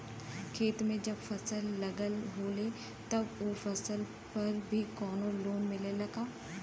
खेत में जब फसल लगल होले तब ओ फसल पर भी कौनो लोन मिलेला का?